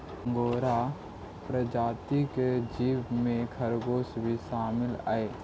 angora प्रजाति के जीव में खरगोश भी शामिल हई